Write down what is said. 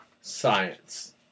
science